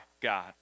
God